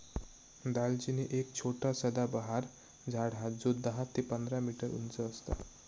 दालचिनी एक छोटा सदाबहार झाड हा जो दहा ते पंधरा मीटर उंच असता